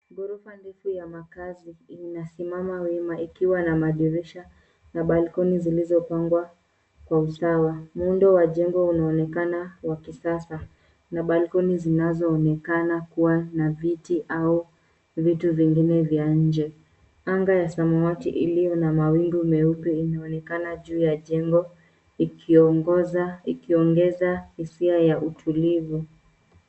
Ghorofa ndefu ya makazi imesimama wima ikiwa na madirisha na balkoni zilizopangwa kwa usawa. Mundo wa jengo unaonekana wa kisasa na balkoni zinazoonekana kuwa na viti au vitu vingine vya nje. Anga ya samawati iliyo na mawingu meupe inaonekana juu ya jengo ikiongeza hisia ya utulivu.